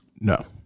No